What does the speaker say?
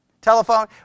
Telephone